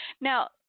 Now